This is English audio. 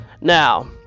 Now